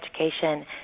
education